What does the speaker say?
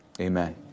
amen